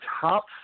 top